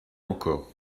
encore